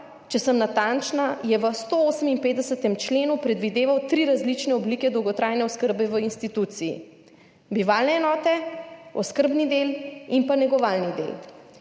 Če sem natančna, je v 158. členu predvideval tri različne oblike dolgotrajne oskrbe v instituciji: bivalne enote, oskrbni del in pa negovalni del.